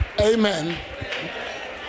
Amen